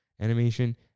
animation